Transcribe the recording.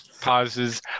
pauses